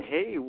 Hey